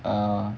err